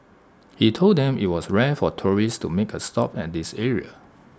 he told them IT was rare for tourists to make A stop at this area